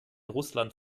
russland